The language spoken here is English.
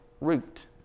root